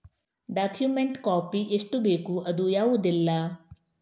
Document copy ಎಷ್ಟು ಬೇಕು ಅದು ಯಾವುದೆಲ್ಲ?